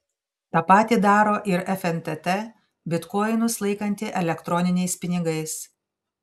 tą patį daro ir fntt bitkoinus laikanti elektroniniais pinigais